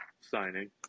signing